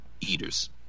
eaters